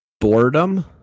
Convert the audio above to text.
Boredom